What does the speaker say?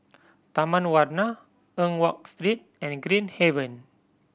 Taman Warna Eng Watt Street and Green Haven